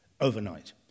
overnight